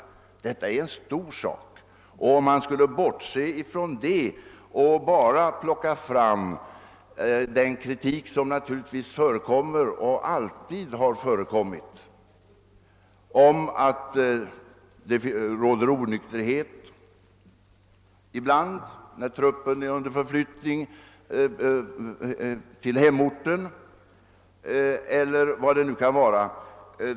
Detta är en stor sak. Man bör inte bortse från det och bara ta hänsyn till den kritik som naturligtvis förekommer — och som alltid har förekommit — om att det råder onykterhet ibland, exempelvis när truppen är under förflyttning till hemorten, eller vad det nu kan vara.